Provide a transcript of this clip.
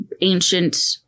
ancient